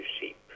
sheep